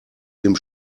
dem